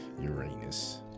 Uranus